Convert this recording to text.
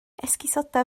esgusoda